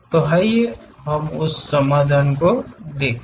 तो आइए हम उस समाधान को देखें